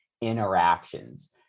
interactions